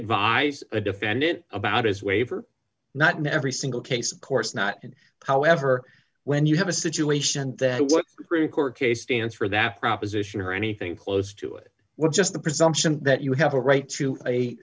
advise a defendant about his waiver not never single case of course not in how ever when you have a situation that what supreme court case stands for that proposition or anything close to it were just the presumption that you have a right to a